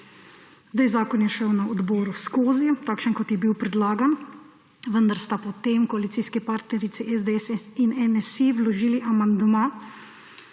Zakon je šel na odboru skozi takšen, kot je bil predlagan, vendar sta potem koalicijski partnerici SDS in NSi vložili amandma